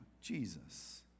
Jesus